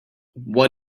what